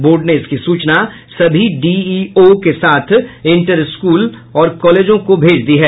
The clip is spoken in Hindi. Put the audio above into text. बोर्ड ने इसकी सूचना सभी डीईओ के साथ इंटर स्कूल और कॉलेजों को भेज दी है